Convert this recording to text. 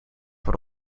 voor